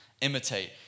imitate